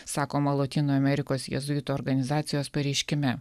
sakoma lotynų amerikos jėzuitų organizacijos pareiškime